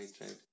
right